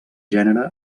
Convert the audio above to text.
gènere